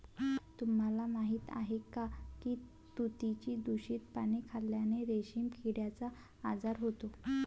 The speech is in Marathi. तुम्हाला माहीत आहे का की तुतीची दूषित पाने खाल्ल्याने रेशीम किड्याचा आजार होतो